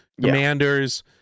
Commanders